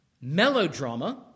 melodrama